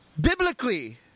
Biblically